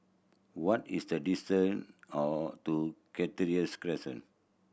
what is the distant to Cactus Crescent